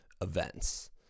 events